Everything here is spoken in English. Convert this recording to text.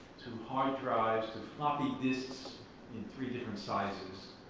to hard drives, to floppy disks in three different sizes,